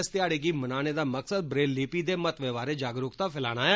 इस ध्याड़े गी मनाने दा मकसद ब्रेल लिपि दे महत्व बारै जागरूकता फैलाना ऐ